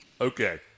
Okay